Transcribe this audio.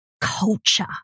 culture